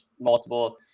multiple